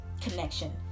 connection